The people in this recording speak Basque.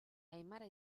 aimara